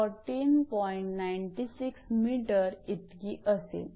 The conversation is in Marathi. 96 𝑚 इतकी असेल